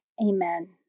Amen